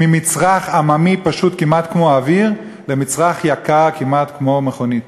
ממצרך עממי פשוט כמעט כמו אוויר למצרך יקר כמעט כמו מכונית.